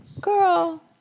Girl